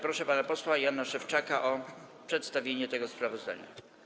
Proszę pana posła Jana Szewczaka o przedstawienie tego sprawozdania.